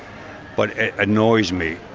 but it annoys me,